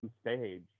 stage